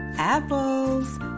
Apples